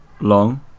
long